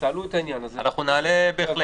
תעלו את העניין הזה ואחרי זה --- נעלה בהחלט.